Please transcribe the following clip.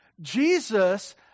jesus